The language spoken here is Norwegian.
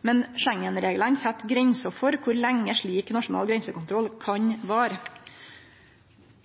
men Schengen-reglane set grenser for kor lenge slik nasjonal grensekontroll kan vare.